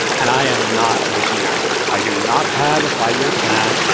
and i am not a visionary. i do not have a five-year plan.